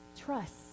trust